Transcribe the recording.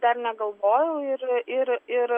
dar negalvojau ir ir ir